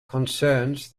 concerns